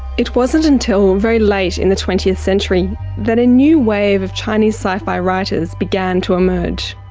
it wasn't until very late in the twentieth century that a new wave of chinese sci-fi writers began to emerge.